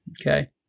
Okay